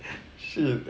是的